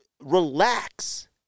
Relax